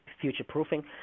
future-proofing